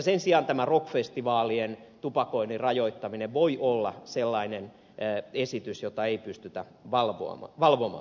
sen sijaan tämä rock festivaalien tupakoinnin rajoittaminen voi olla sellainen esitys jota ei pystytä valvomaan